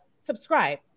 Subscribe